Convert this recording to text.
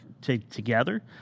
together